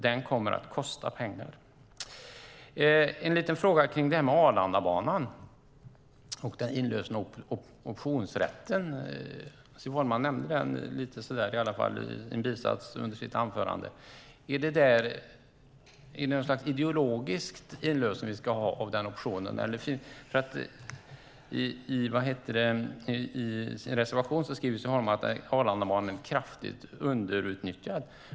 Den kommer att kosta pengar. En liten fråga kring Arlandabanan och inlösen av optionsrätten. Siv Holma nämnde det i en bisats under sitt anförande. Är det någon slags ideologisk inlösning vi ska ha av den optionen? I sin reservation skriver Siv Holma att Arlandabanan är kraftigt underutnyttjad.